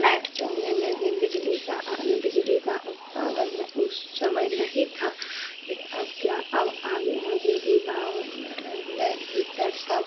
light चलने लगी बिजली का ना बिजली का उत्पादन उस समय नहीं था ये अब क्या अब आ गया बिजली का और लइन हीटड़ सब